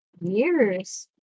years